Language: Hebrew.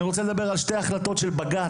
אני רוצה לתת כאן שתי החלטות של בג״ץ,